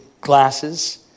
glasses